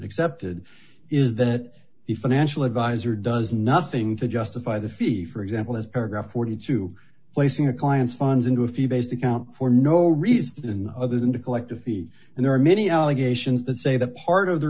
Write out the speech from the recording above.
accepted is that the financial advisor does nothing to justify the fee for example as paragraph forty two dollars placing a client's funds into a fee based account for no reason other than to collect a fee and there are many allegations that say the part of the